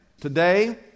Today